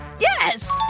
Yes